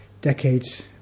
decades